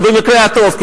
זה במקרה הטוב,